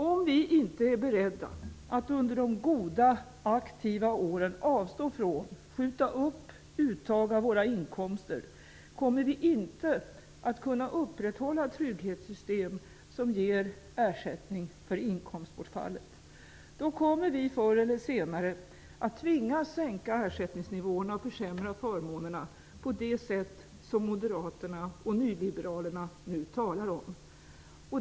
Om vi inte är beredda att under de goda, aktiva åren avstå från eller skjuta upp uttag av våra inkomster kommer vi inte att kunna upprätthålla trygghetssystem som ger ersättning för inkomstbortfall. Då kommer vi förr eller senare att tvingas sänka ersättningsnivåerna och försämra förmånerna på det sätt som moderaterna och nyliberalerna nu talar om.